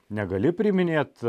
negali priiminėt